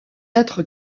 être